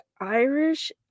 Irish